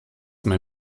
mehr